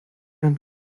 ant